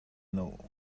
know